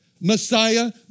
Messiah